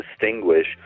distinguish